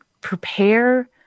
prepare